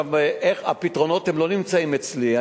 הפתרונות לא נמצאים אצלי.